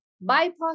bypass